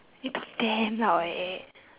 you talk damn loud eh